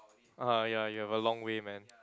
uh ya you have a long way man